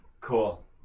Cool